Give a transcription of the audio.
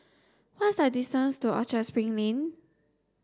what is the distance to Orchard Spring Lane